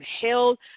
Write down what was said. held